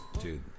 dude